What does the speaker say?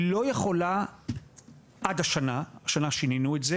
היא לא יכולה עד השנה, השנה שינינו את זה